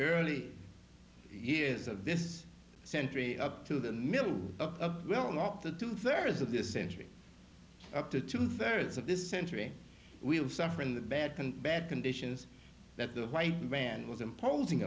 early years of this century up to the middle of well not the two thirds of this century up to two thirds of this century we have suffering the bad bad conditions that the white man was imposing